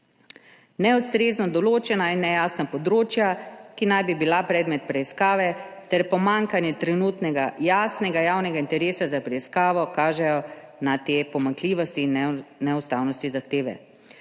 Neustrezno določena in nejasna področja, ki naj bi bila predmet preiskave, ter pomanjkanje trenutnega jasnega javnega interesa za preiskavo kažejo na te pomanjkljivosti in neustavnosti zahteve.